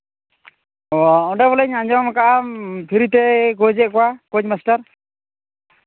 ᱚᱸᱰᱮ ᱵᱚᱞᱮᱧ ᱟᱸᱡᱚᱢ ᱠᱟᱫᱟ ᱯᱷᱨᱤ ᱛᱮᱭ ᱠᱳᱪᱮᱫ ᱠᱚᱣᱟ ᱠᱳᱪ ᱢᱟᱥᱴᱟᱨ